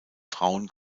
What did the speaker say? frauen